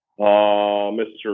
Mr